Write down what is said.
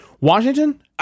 Washington